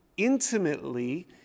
intimately